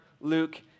Luke